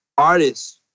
Artists